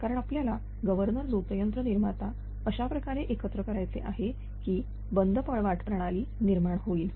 कारण आपल्याला गव्हर्नर झोतयंत्र निर्माता अशाप्रकारे एकत्र करायचे आहे की बंद पळवाट प्रणाली निर्माण होईल